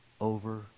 over